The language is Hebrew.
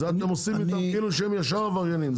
אתם עושים אותם כאילו שהם ישר עבריינים,